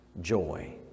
joy